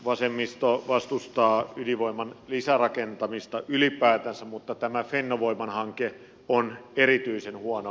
vasemmisto vastustaa ydinvoiman lisärakentamista ylipäätänsä mutta tämä fennovoiman hanke on erityisen huono